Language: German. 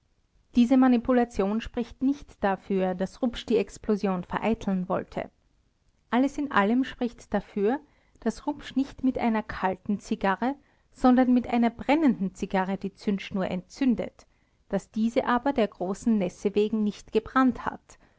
diese manipulation spricht nicht dafür daß rupsch die explosion vereiteln wollte alles in allem spricht dafür daß rupsch nicht mit einer kalten zigarre sondern mit einer brennenden zigarre die zündschnur entzündet daß diese aber der großen nässe wegen nicht gebrannt hat